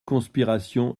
conspiration